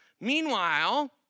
meanwhile